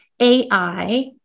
AI